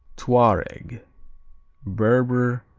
touareg berber,